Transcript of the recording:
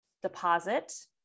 deposit